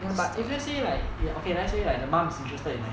ya but if let's say like okay let's say like the mom is interested in like